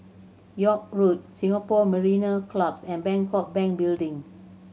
York Road Singapore Mariner Clubs and Bangkok Bank Building